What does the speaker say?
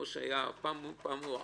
כשפעם הוא "הרג"